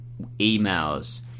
emails